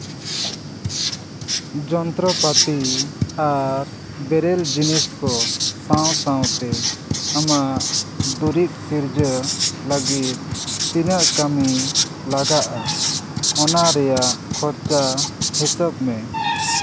ᱡᱚᱱᱛᱨᱚ ᱯᱟᱹᱛᱤ ᱟᱨ ᱵᱮᱨᱮᱞ ᱡᱤᱱᱤᱥ ᱠᱚ ᱥᱟᱶ ᱥᱟᱶᱛᱮ ᱟᱢᱟᱜ ᱫᱩᱨᱤᱵ ᱥᱤᱨᱡᱟᱹᱣ ᱞᱟᱹᱜᱤᱫ ᱛᱤᱱᱟᱹᱜ ᱠᱟᱹᱢᱤ ᱞᱟᱜᱟᱜᱼᱟ ᱚᱱᱟ ᱨᱮᱭᱟᱜ ᱠᱷᱚᱨᱪᱟ ᱦᱤᱥᱟᱹᱵᱽ ᱢᱮ